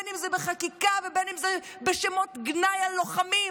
בין אם זה בחקיקה ובין אם זה בשמות גנאי ללוחמים